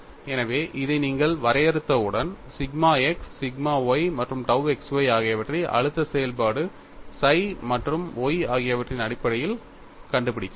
எனவே இதை நீங்கள் வரையறுத்தவுடன் சிக்மா x சிக்மா y மற்றும் tau x y ஆகியவற்றை அழுத்த செயல்பாடு psi மற்றும் Y ஆகியவற்றின் அடிப்படையில் கண்டுபிடிக்கலாம்